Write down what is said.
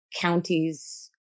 counties